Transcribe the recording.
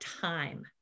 time